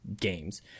games